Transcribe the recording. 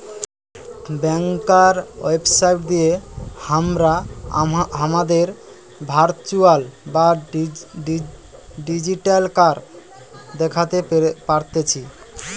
ব্যাংকার website গিয়ে হামরা হামাদের ভার্চুয়াল বা ডিজিটাল কার্ড দ্যাখতে পারতেছি